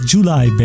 July